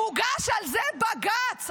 הוגש על זה בג"ץ,